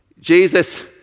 Jesus